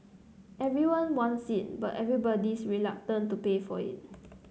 everyone wants it but everybody's reluctant to pay for it